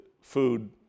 food